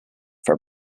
for